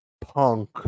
Punk